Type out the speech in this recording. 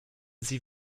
sie